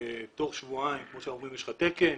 תוך שבועיים, כפי שאומרים, יש לך תקן.